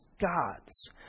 God's